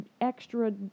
extra